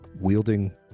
wielding